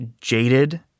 jaded